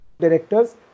directors